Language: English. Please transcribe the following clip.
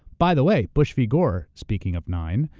by the way, bush v. gore, speaking of nine,